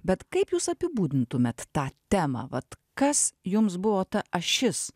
bet kaip jūs apibūdintumėt tą temą vat kas jums buvo ta ašis